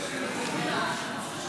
--- לא לעזור פה, לא לעזור.